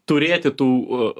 turėti tų